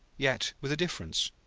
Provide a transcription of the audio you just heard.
yet with a difference.